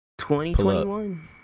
2021